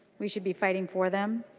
we should be fighting for them.